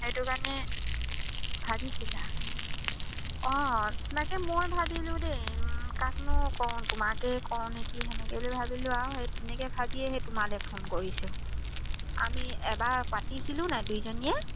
সেইটো কাৰণে ভাবিছিলা অঁ তাকে মই ভাবিলোঁ দেই কাকনো কওঁ তোমাকেই কওঁ নেকি সেনেকে বুলি ভাবিলোঁ আৰু সেই তেনেকে ভাবিয়েই তোমালে ফোন কৰিছোঁ আমি এবাৰ পাতিছিলোঁ নাই দুইজনীয়ে